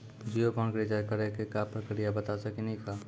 Jio phone के recharge करे के का प्रक्रिया बता साकिनी का?